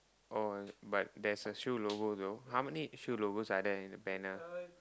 oh but there's a shoe logo though how many shoe logos are there in the panel